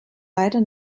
leider